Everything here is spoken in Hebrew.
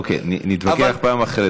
אוקיי, נתווכח בפעם אחרת.